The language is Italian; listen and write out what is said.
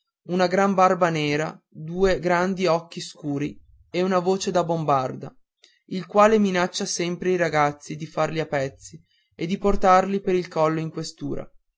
una gran barba nera due grandi occhi scuri e una voce da bombarda il quale minaccia sempre i ragazzi di farli a pezzi e di portarli per il collo in questura